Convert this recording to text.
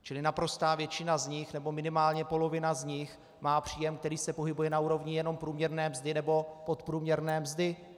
Čili naprostá většina z nich, nebo minimálně polovina z nich má příjem, který se pohybuje na úrovni jenom průměrné mzdy nebo podprůměrné mzdy.